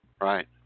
Right